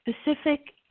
specific